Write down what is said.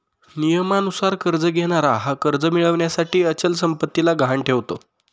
नियमानुसार कर्ज घेणारा हा कर्ज मिळविण्यासाठी अचल संपत्तीला गहाण ठेवतो